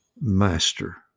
master